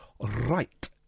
Right